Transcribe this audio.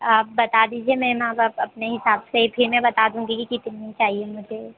आप बता दीजिए मेम अब आप अपने हिसाब से फिर मैं बता दूँगी कि कितनी चाहिए मुझे